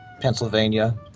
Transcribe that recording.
Pennsylvania